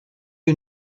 you